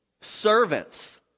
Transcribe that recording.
Servants